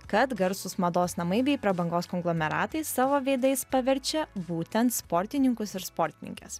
kad garsūs mados namai bei prabangos konglomeratai savo veidais paverčia būtent sportininkus ir sportininkes